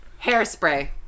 Hairspray